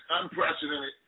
unprecedented